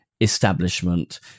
establishment